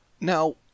Now